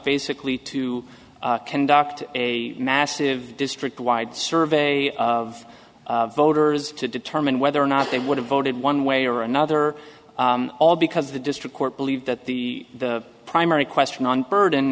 basically to conduct a massive district wide survey of voters to determine whether or not they would have voted one way or another all because the district court believed that the primary question on burden